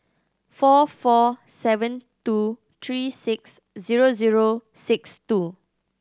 four four seven two three six zero zero six two